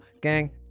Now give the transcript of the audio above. Gang